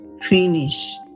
finish